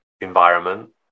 environment